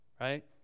right